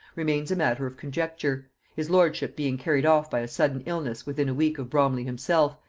remains matter of conjecture his lordship being carried off by a sudden illness within a week of bromley himself,